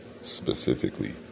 specifically